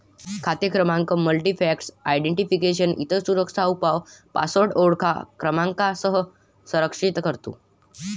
खाते क्रमांक multifactor identification, इतर सुरक्षा उपाय पासवर्ड ओळख क्रमांकासह संरक्षित करतो